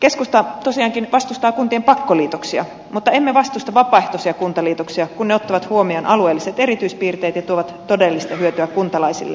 keskusta tosiaankin vastustaa kuntien pakkoliitoksia mutta emme vastusta vapaaehtoisia kuntaliitoksia kun ne ottavat huomioon alueelliset erityispiirteet ja tuovat todellista hyötyä kuntalaisille